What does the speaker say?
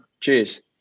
Cheers